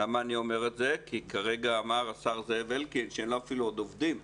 אני אומר את זה כי כרגע אמר השר זאב אלקין שאין לו אפילו עובדים עדיין,